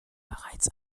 bereits